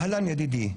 אהלן, ידידי.